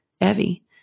Evie